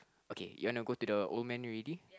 okay you want to go to the old man already